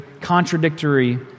contradictory